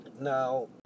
Now